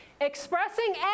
Expressing